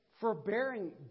Forbearing